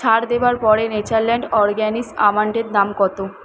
ছাড় দেওয়ার পরে নেচারল্যাণ্ড অর্গ্যানিক্স আমণ্ডের দাম কত